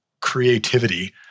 creativity